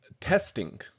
testing